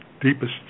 deepest